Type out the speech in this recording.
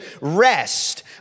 rest